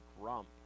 grump